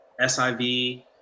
SIV